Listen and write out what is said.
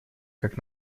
как